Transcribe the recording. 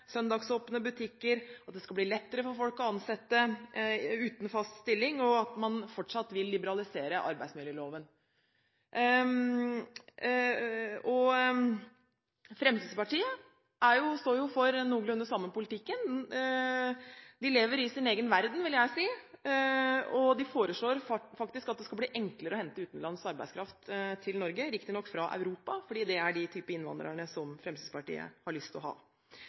søndagsåpne butikker, at det skal bli lettere å ansette folk uten fast stilling, og at man fortsatt vil liberalisere arbeidsmiljøloven. Fremskrittspartiet står noenlunde for den samme politikken. De lever i sin egen verden, vil jeg si. De foreslår faktisk at det skal blir enklere å hente utenlandsk arbeidskraft til Norge – riktignok fra Europa fordi det er den typen innvandrere Fremskrittspartiet har lyst å ha.